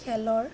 খেলৰ